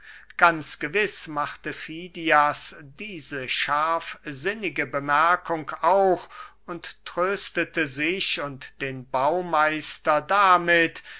ganz gewiß machte fidias diese scharfsinnige bemerkung auch und tröstete sich und den baumeister damit